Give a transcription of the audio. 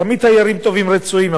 תמיד תיירים טובים רצויים,